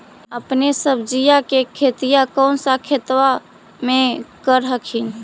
अपने सब्जिया के खेतिया कौन सा खेतबा मे कर हखिन?